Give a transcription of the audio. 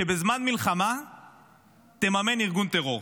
שבזמן מלחמה תממן ארגון טרור.